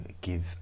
give